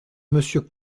monsieur